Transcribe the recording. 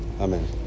amen